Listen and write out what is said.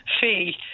fee